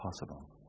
possible